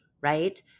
right